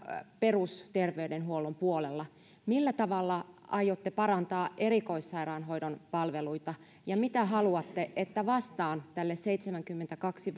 perusterveydenhuollon puolella millä tavalla aiotte parantaa erikoissairaanhoidon palveluita ja mitä haluatte että vastaan tälle seitsemänkymmentäkaksi